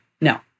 no